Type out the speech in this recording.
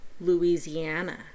Louisiana